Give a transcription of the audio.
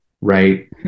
right